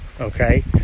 Okay